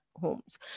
homes